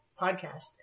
podcast